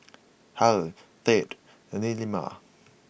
Hale Tate and Nehemiah